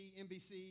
NBC